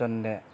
জন্যে